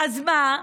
אז מה?